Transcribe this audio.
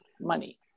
money